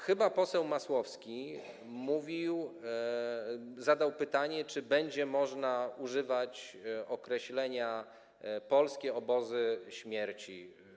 Chyba poseł Masłowski zadał pytanie, czy będzie można bezkarnie używać określenia: polskie obozy śmierci.